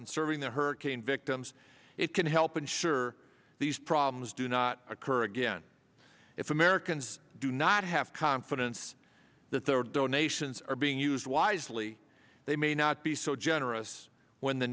in serving the hurricane victims it can help ensure these problems do not occur again if americans do not have confidence that their donations are being used wisely they may not be so generous when the